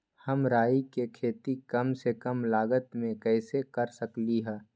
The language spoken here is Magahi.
हम राई के खेती कम से कम लागत में कैसे कर सकली ह?